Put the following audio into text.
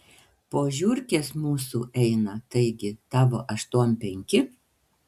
po žiurkės mūsų eina taigi tavo aštuom penkti